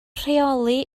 rheoli